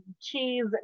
cheese